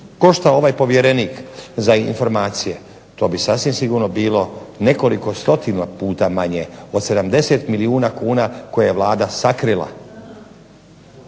koštao ovaj povjerenik za informacije, to bi sasvim sigurno bilo nekoliko stotina puta manje od 70 milijuna kuna koje je Vlada sakrila.